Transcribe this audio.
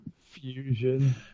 Fusion